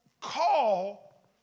call